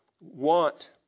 want